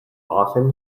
often